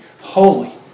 holy